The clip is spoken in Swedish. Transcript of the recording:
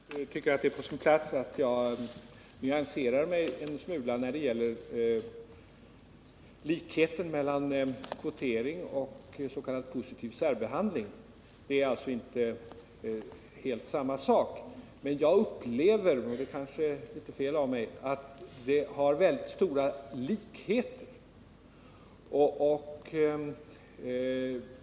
Herr talman! Jag tycker att det är på sin plats att jag nyanserar mig en smula när det gäller likheten mellan kvotering och s.k. positiv särbehandling. Det är alltså inte helt samma sak, men jag upplever — och det kanske är litet fel av mig — att resultatet blir detsamma.